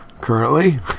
currently